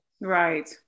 Right